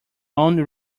own